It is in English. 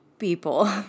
people